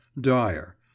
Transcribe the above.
dire